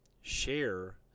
share